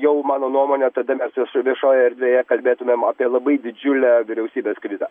jau mano nuomone tada mes vieš viešojoje erdvėje kalbėtumėm apie labai didžiulę vyriausybės krizę